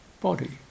body